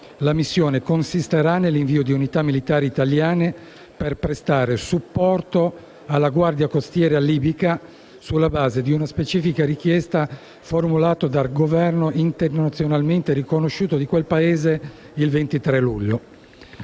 la missione consisterà nell'invio di unità militari italiane per prestare supporto alla Guardia costiera libica sulla base di una specifica richiesta formulata dal Governo internazionalmente riconosciuto di quel Paese il 23 luglio.